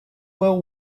will